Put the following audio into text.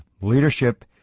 Leadership